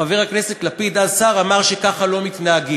חבר הכנסת לפיד, אז שר, אמר שככה לא מתנהגים.